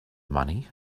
money